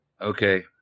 Okay